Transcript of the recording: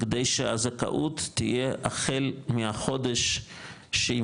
כדי שהזכאות תהיה החל מהחודש שהיא